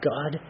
God